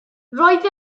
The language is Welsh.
roedd